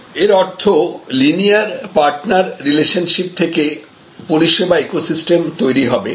এর অর্থ linear partner relationship থেকে পরিষেবা ইকোসিস্টেম তৈরি হবে